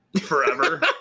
forever